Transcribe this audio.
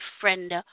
friend